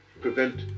prevent